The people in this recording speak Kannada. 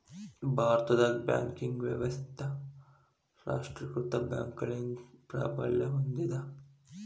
ಭಾರತದಾಗ ಬ್ಯಾಂಕಿಂಗ್ ವ್ಯವಸ್ಥಾ ರಾಷ್ಟ್ರೇಕೃತ ಬ್ಯಾಂಕ್ಗಳಿಂದ ಪ್ರಾಬಲ್ಯ ಹೊಂದೇದ